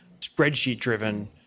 spreadsheet-driven